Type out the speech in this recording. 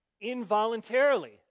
involuntarily